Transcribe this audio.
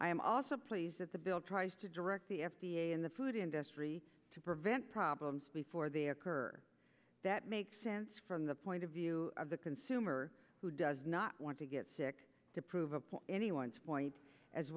am also pleased that the bill tries to direct the f d a in the food industry to prevent problems before they occur that make sense from the point of view of the consumer who does not want to get sick to prove a point anyone's point as